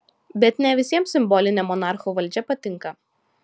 bet ne visiems simbolinė monarchų valdžia patinka